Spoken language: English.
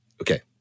okay